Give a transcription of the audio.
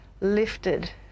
lifted